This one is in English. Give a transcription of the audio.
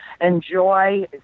Enjoy